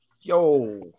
Yo